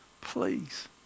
please